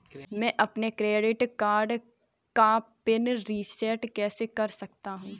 मैं अपने credit card का पिन रिसेट कैसे कर सकता हूँ?